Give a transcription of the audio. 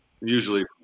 Usually